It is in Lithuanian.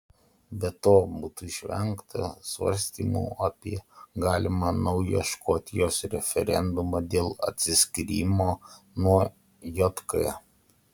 be to būtų išvengta svarstymų apie galimą naują škotijos referendumą dėl atsiskyrimo nuo jk